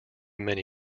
many